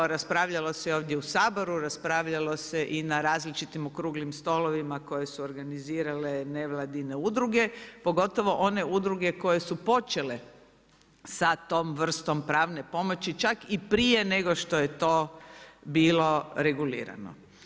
Raspravljalo se i ovdje u Saboru, raspravljalo se i na različitim okruglim stolovima koje su organizirale nevladine udruge pogotovo one udruge koje su počele sa tom vrstom pravne pomoći čak i prije nego što je to bilo regulirano.